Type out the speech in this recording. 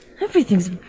Everything's